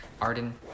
Arden